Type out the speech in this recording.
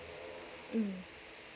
mm